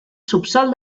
subsòl